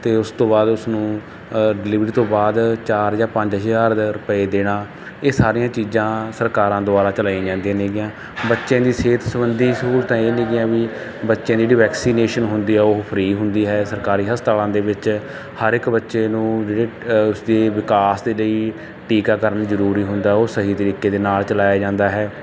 ਅਤੇ ਉਸ ਤੋਂ ਬਾਅਦ ਉਸ ਨੂੰ ਡਲਿਵਰੀ ਤੋਂ ਬਾਅਦ ਚਾਰ ਜਾਂ ਪੰਜ ਹਜ਼ਾਰ ਰੁਪਏ ਦੇਣਾ ਇਹ ਸਾਰੀਆਂ ਚੀਜ਼ਾ ਸਰਕਾਰਾਂ ਦੁਆਰਾ ਚਲਾਈਆਂ ਜਾਂਦੀਆਂ ਨੇ ਗੀਆਂ ਬੱਚਿਆਂ ਦੀ ਸਿਹਤ ਸਬੰਧੀ ਸਹੂਲਤਾਂ ਇਹ ਨੀਗੀਆਂ ਵੀ ਬੱਚੇ ਦੀ ਜਿਹੜੀ ਵੈਕਸੀਨੇਸ਼ਨ ਹੁੰਦੀ ਹੈ ਉਹ ਫ੍ਰੀ ਹੁੰਦੀ ਹੈ ਸਰਕਾਰੀ ਹਸਤਾਲਾਂ ਦੇ ਵਿੱਚ ਹਰ ਇੱਕ ਬੱਚੇ ਨੂੰ ਜਿਹੜੇ ਉਸਦੇ ਵਿਕਾਸ ਦੇ ਲਈ ਟੀਕਾਕਰਨ ਜ਼ਰੂਰੀ ਹੁੰਦਾ ਉਹ ਸਹੀ ਤਰੀਕੇ ਦੇ ਨਾਲ ਚਲਾਇਆ ਜਾਂਦਾ ਹੈ